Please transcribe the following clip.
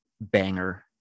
banger